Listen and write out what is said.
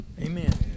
Amen